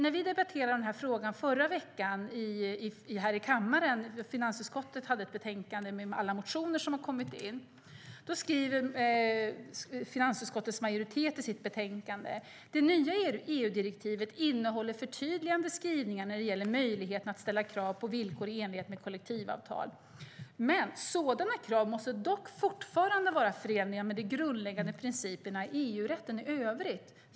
När vi debatterade frågan förra veckan i kammaren - finansutskottet hade ett betänkande med alla motioner som har kommit in - skrev finansutskottets majoritet i sitt betänkande: "De nya EU-direktiven innehåller förtydligande skrivningar när det gäller möjligheterna att ställa krav på villkor i enlighet med kollektivavtal. Sådana krav måste dock fortfarande vara förenliga med de grundläggande principerna och EU-rätten i övrigt."